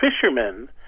fishermen